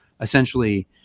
essentially-